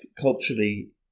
culturally